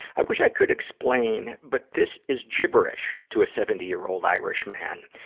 i wish i could explain, but this is gibberish to a seventy year old irish man.